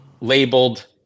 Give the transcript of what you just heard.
labeled